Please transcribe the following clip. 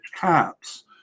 caps